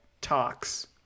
talks